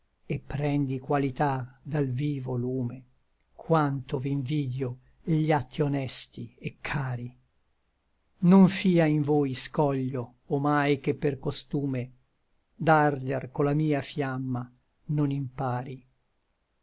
et prendi qualità dal vivo lume quanto v'invidio gli atti honesti et cari non fia in voi scoglio omai che per costume d'arder co la mia fiamma non impari